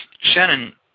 Shannon